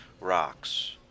rocks